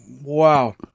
Wow